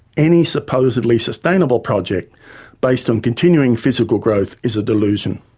any supposedly sustainable project based on continuing physical growth is a delusion.